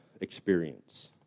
experience